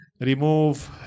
remove